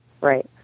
Right